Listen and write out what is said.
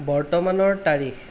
বৰ্তমানৰ তাৰিখ